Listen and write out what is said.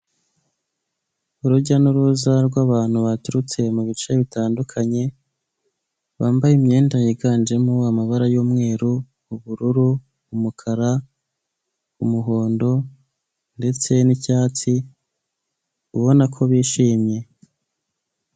Urujya n'uruza rw'abantu baturutse mu bice bitandukanye, bambaye imyenda yiganjemo amabara y'umweru, ubururu, umukara, umuhondo ndetse n'icyatsi ubona ko bishimye.